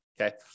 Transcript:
okay